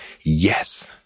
yes